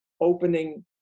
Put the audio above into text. opening